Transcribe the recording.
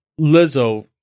Lizzo